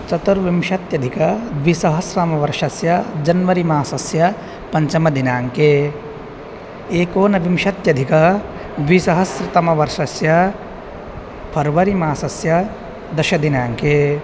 चतुर्विंशत्यधिकद्विसहस्रतमवर्षस्य जन्वरि मासस्य पञ्चमदिनाङ्के एकोनविंशत्यधिकद्विसहस्रतमवर्षस्य फर्वरि मासस्य दशमदिनाङ्के